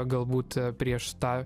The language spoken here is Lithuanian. galbūt prieš tą